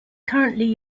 currently